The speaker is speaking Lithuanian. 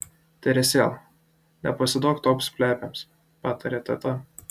teresėl nepasiduok toms plepėms patarė teta